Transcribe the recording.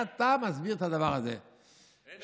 איך אתה מסביר את הדבר הזה, אין הסבר.